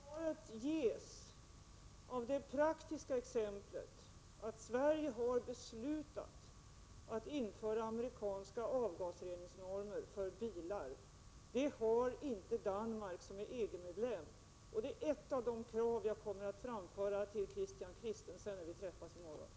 Herr talman! Svaret ges av det praktiska exemplet att Sverige har beslutat att införa amerikanska avgasreningsnormer för bilar. Det har inte Danmark, som är EG-medlem. Det är ett av de krav jag kommer att framföra till Christian Christensen när vi träffas i morgon.